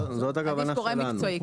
צריך גורם מקצועי.